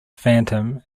phantom